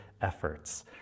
efforts